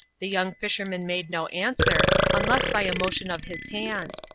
the young fisherman made no answer, unless by a motion of his hand.